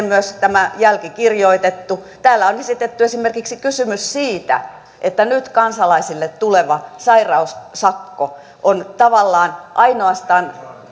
myös tämä jälki kirjoitettu täällä on esitetty esimerkiksi kysymys siitä että nyt kansalaisille tuleva sairaussakko on tavallaan ainoastaan